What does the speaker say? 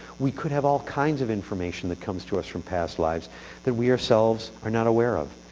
we could have all kinds of information that comes to us from past lives that we ourselves are not aware of.